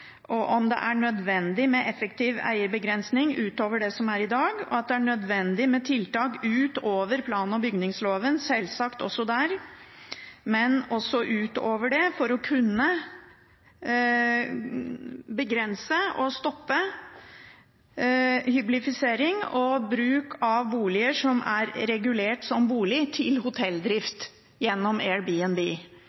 lovendringsforslag om – at det er nødvendig med effektiv eierbegrensning utover det som er i dag, og at det er nødvendig med tiltak utover plan- og bygningsloven – selvsagt også der – for å kunne begrense og stoppe hyblifisering og bruk av boliger som er regulert som boliger, til